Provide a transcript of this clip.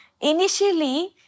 initially